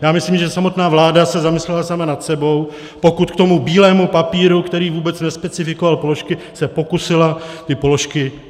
Já myslím, že samotná vláda se zamyslela sama nad sebou, pokud k tomu bílému papíru, který vůbec nespecifikoval položky, se pokusila ty položky sepsat.